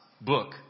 book